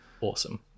awesome